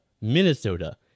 Minnesota